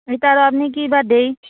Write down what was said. এই তাৰ আপুনি কি বা দিয়ে